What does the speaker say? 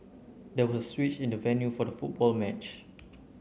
there was a switch in the venue for the football match